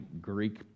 Greek